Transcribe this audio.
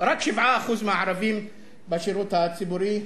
רק 7% ערבים בשירות הציבורי,